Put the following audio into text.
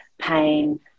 pain